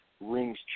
rings